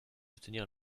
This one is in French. soutenir